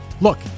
Look